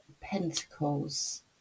pentacles